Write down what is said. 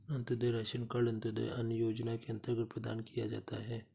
Antyodaya ration card अंत्योदय अन्न योजना के अंतर्गत प्रदान किया जाता है